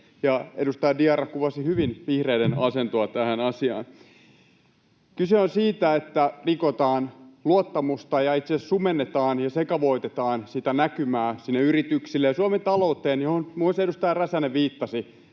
Edustaja Diarra kuvasi hyvin vihreiden asentoa tähän asiaan. Kyse on siitä, että rikotaan luottamusta ja itse asiassa sumennetaan ja sekavoitetaan näkymää sinne yrityksille ja Suomen talouteen, mihin muun muassa edustaja Räsänen viittasi: